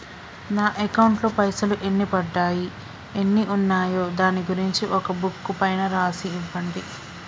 నా అకౌంట్ లో పైసలు ఎన్ని పడ్డాయి ఎన్ని ఉన్నాయో దాని గురించి ఒక బుక్కు పైన రాసి ఇవ్వండి?